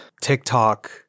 TikTok